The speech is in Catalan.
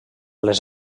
les